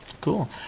Cool